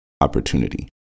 opportunity